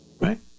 Right